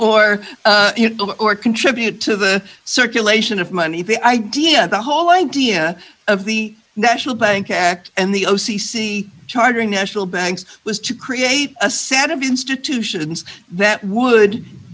or or contribute to the circulation of money the idea the whole idea of the national bank act and the o c c charter national banks was to create a set of institutions that would